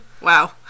Wow